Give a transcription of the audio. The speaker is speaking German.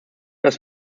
das